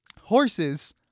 Horses